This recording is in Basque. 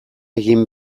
egin